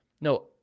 no